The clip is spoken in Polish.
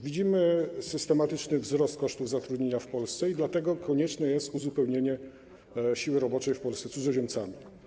Widzimy systematyczny wzrost kosztów zatrudnienia w Polsce, dlatego konieczne jest uzupełnienie siły roboczej w Polsce cudzoziemcami.